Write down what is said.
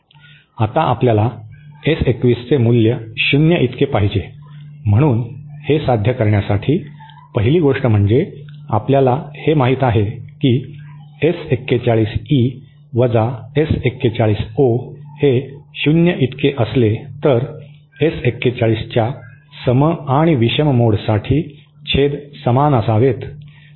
आता आपल्याला एस 21 चे मूल्य शून्य इतके पाहिजे म्हणून हे साध्य करण्यासाठी पहिली गोष्ट म्हणजे आपल्याला हे माहित आहे की एस 41 ई वजा एस 41 ओ हे शून्य इतके असले तर एस 41 च्या सम आणि विषम मोडसाठी छेद समान असावेत